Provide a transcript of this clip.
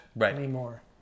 anymore